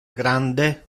grande